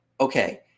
Okay